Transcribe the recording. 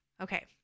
Okay